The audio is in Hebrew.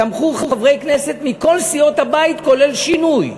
תמכו בה חברי כנסת מכל סיעות הבית, כולל שינוי.